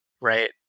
Right